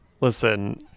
Listen